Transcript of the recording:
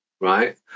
right